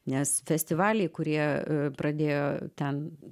nes festivaliai kurie pradėjo ten